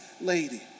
lady